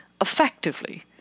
effectively